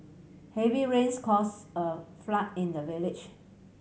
heavy rains cause a flood in the village